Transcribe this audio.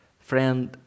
Friend